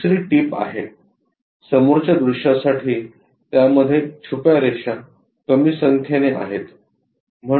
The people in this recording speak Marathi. दुसरी टीप आहे समोरच्या दृश्यासाठी त्यामध्ये छुप्या रेषा कमी संख्येने आहेत